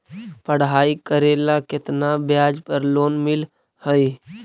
पढाई करेला केतना ब्याज पर लोन मिल हइ?